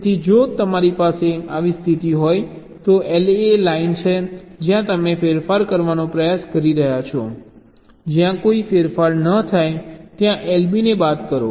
તેથી જો તમારી પાસે આવી સ્થિતિ હોય તો LA એ લાઇન છે જ્યાં તમે ફેરફાર કરવાનો પ્રયાસ કરી રહ્યાં છો જ્યાં કોઈ ફેરફાર ન થાય ત્યાં LB ને બાદ કરો